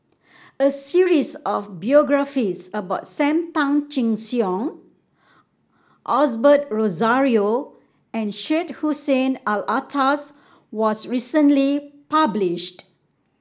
a series of biographies about Sam Tan Chin Siong Osbert Rozario and Syed Hussein Alatas was recently published